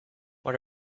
what